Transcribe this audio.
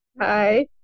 Hi